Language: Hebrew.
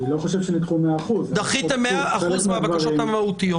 אני לא חושב שנדחו 100%. דחיתם 100% מהבקשות המהותיות